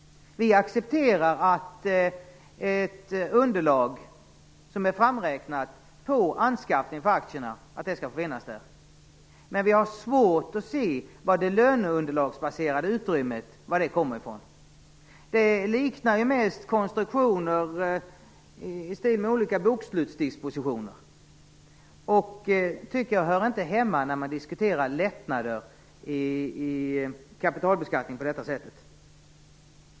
Vi accepterar ett underlag som är framräknat på anskaffningen av aktierna. Men vi har svårt att se var det löneunderlagsbaserade utrymmet kommer ifrån. Det liknar mest konstruktioner i stil med olika bokslutsdispositioner. Jag tycker inte att det hör hemma när man diskuterar lättnader i kapitalbeskattningen på detta sätt.